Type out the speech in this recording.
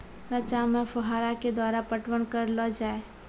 रचा मे फोहारा के द्वारा पटवन करऽ लो जाय?